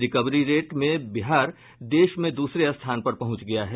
recovery rate में बिहार देश में दूसरे स्थान पर पहुंच गया है